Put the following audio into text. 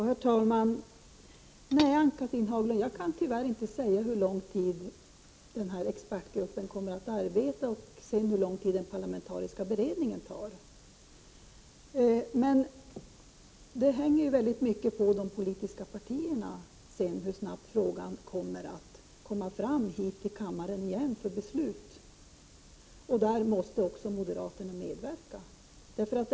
Herr talman! Nej, Ann-Cathrine Haglund, jag kan tyvärr inte säga hur lång tid den här expertgruppen kommer att arbeta och hur lång tid den parla mentariska beredningen tar. Det hänger mycket på de politiska partierna hur snabbt frågan sedan kan komma fram hit till kammaren igen för beslut. Där måste också moderaterna medverka.